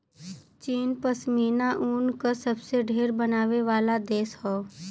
चीन पश्मीना ऊन क सबसे ढेर बनावे वाला देश हौ